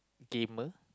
gamer